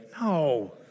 No